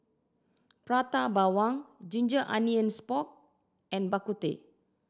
Prata Bawang ginger onions pork and Bak Kut Teh